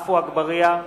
עפו אגבאריה,